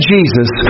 Jesus